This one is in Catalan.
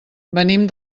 venim